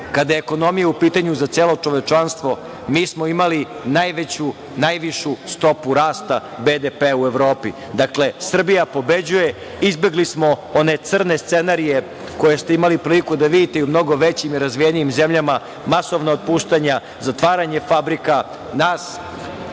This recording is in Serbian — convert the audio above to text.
kada je ekonomija u pitanju za celo čovečanstvo mi smo imali najveću, najvišu stopu rasta BDP-a u Evropi. Dakle, Srbija pobeđuje, izbegli smo one crne scenarije koje ste imali priliku da vidite i u mnogo većim i razvijenijim zemljama, masovna otpuštanja, zatvaranje fabrika, mi